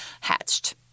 hatched